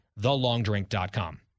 thelongdrink.com